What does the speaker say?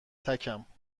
تکم